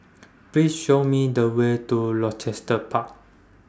Please Show Me The Way to Rochester Park